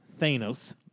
Thanos